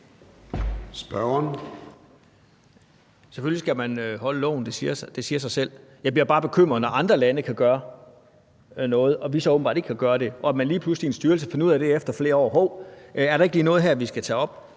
(KF): Selvfølgelig skal man overholde loven; det siger sig selv. Jeg bliver bare bekymret, når andre lande kan gøre noget og vi så åbenbart ikke kan gøre det, og at man lige pludselig i en styrelse finder ud af det efter flere år og siger: Hov, er der ikke lige noget her, vi skal tage op?